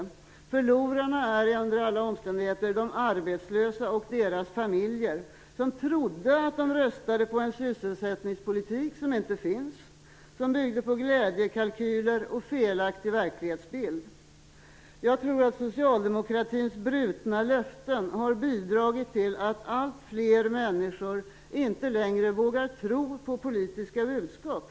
Men förlorarna är under alla omständigheter de arbetslösa och deras familjer, som trodde att de röstade på en sysselsättningspolitik som inte finns, vilken byggde på glädjekalkyler och felaktig verklighetsbild. Jag tror att socialdemokratins brutna löften har bidragit till att alltfler människor inte längre vågar tro på politiska budskap.